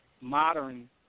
modern